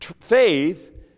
faith